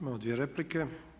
Imamo dvije replike.